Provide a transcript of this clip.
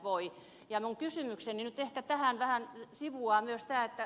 minun kysymykseni nyt ehkä vähän sivuaa myös tätä